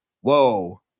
whoa